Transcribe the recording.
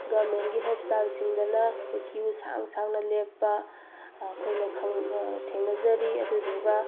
ꯒꯣꯕꯔꯃꯦꯟꯒꯤ ꯍꯣꯁꯄꯤꯇꯥꯜꯁꯤꯡꯗꯅ ꯑꯩꯈꯣꯏ ꯀ꯭ꯌꯨ ꯁꯥꯡ ꯁꯥꯡꯅ ꯂꯦꯞꯄ ꯑꯩꯈꯣꯏꯅ ꯊꯦꯡꯅꯖꯔꯤ ꯑꯗꯨꯗꯨꯒ